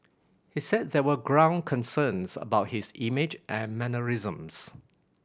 he said there were ground concerns about his image and mannerisms